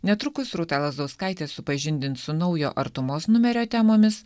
netrukus rūta lazauskaitė supažindins su naujo artumos numerio temomis